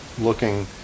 looking